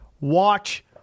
Watch